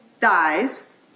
dies